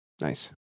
nice